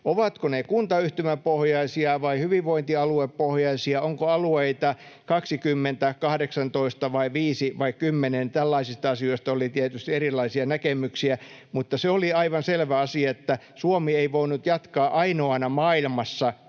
Ovatko ne kuntayhtymäpohjaisia vai hyvinvointialuepohjaisia, onko alueita 20, 18 vai viisi vai kymmenen — tällaisista asioista oli tietysti erilaisia näkemyksiä, mutta se oli aivan selvä asia, että Suomi ei voinut jatkaa ainoana maailmassa